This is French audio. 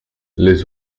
les